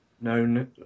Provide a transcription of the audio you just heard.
known